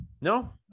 No